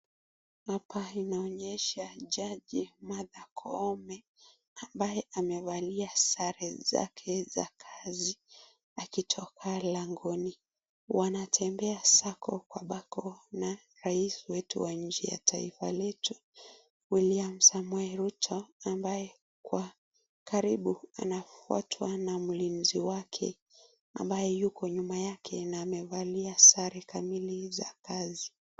Hapa inaonyesha jaji Martha Koome, ambaye amevalia sare zake za kazi akitoka langoni. Wanatembea sako kwa bako na rais wetu wa nchi ya taifa letu, William Samoei Ruto ambaye kwa karibu, anafatwa na mlinzi wake ambaye yuko nyuma yake na amevalia sare kamili za kazi.